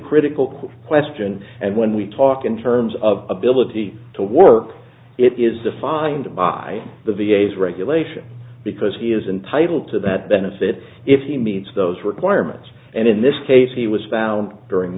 critical question and when we talk in terms of ability to work it is defined by the v a s regulation because he is entitled to that benefits if he meets those requirements and in this case he was found during